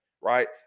right